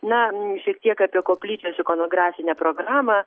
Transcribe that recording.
na šiek tiek apie koplyčios ikonografinę programą